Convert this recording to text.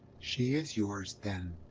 she is yours, then?